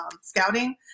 scouting